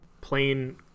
plain